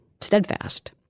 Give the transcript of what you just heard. steadfast